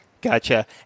Gotcha